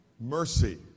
Mercy